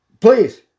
Please